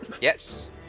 yes